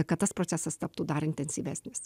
kad tas procesas taptų dar intensyvesnis